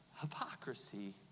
Hypocrisy